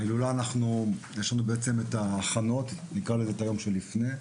ההילולה, יש לנו את ההכנות, נקרא לזה היום שלפני,